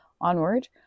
onward